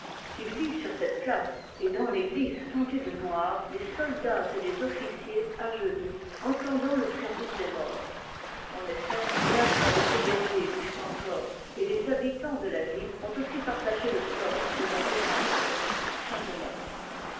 il vit sur cette place et dans t'égitse tendue de noir les soldats et les ofnciers à genoux entendant le service des morts en effet bien peu de ces guerriers vivent encore et les habitants de la ville ont aussi partagé le sort de leurs défenseurs